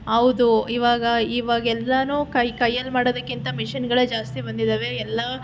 ಹೌದು ಇವಾಗ ಇವಾಗೆಲ್ಲನೂ ಕೈ ಕೈಯ್ಯಲ್ಲಿ ಮಾಡೋದಕ್ಕಿಂತ ಮಿಷಿನ್ಗಳೇ ಜಾಸ್ತಿ ಬಂದಿದ್ದಾವೆ ಎಲ್ಲ